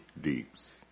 deeps